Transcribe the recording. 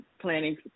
planning